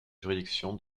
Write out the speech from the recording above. juridiction